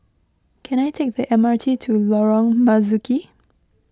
can I take the M R T to Lorong Marzuki